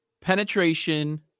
penetration